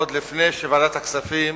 עוד לפני שוועדת הכספים